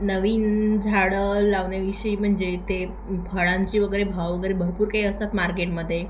नवीन झाडं लावण्याविषयी म्हणजे ते फळांची वगैरे भाव वगैरे भरपूर काही असतात मार्केटमध्ये